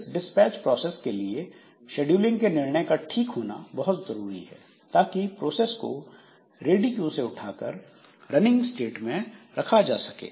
इस dispatch process के लिए शेड्यूलिंग के निर्णय का ठीक होना बहुत जरूरी है ताकि प्रोसेस को रेडी क्यू से उठाकर रनिंग स्टेट में रखा जा सके